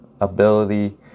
ability